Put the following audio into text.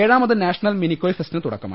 ഏഴാമത് നാഷണൽ മിനിക്കോയ് ഫെസ്റ്റിന് തുടക്കമായി